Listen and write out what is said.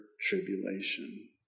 tribulation